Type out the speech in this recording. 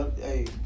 hey